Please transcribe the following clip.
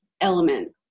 element